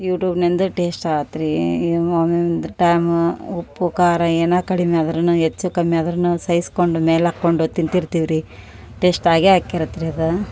ಯುಟೂಬ್ನಿಂದ taste ಆತು ರೀ ಒಮ್ಮೊಮೆ ಒಂದು ಟೈಮ ಉಪ್ಪು ಖಾರ ಏನು ಕಡಿಮಿ ಆದರೂನು ಹೆಚ್ಚು ಕಮ್ಮಿ ಆದರೂನು ಸಹಿಸ್ಕೊಂಡು ಮೇಲೆ ಹಾಕೊಂಡ್ ತಿಂತಿರ್ತಿವಿ ರೀ ಟೇಸ್ಟ್ ಆಗೆ ಅಕ್ಕೇರತಿ ರೀ ಅದ